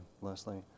Leslie